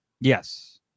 yes